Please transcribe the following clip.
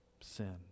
sin